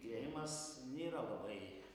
greimas nėra labai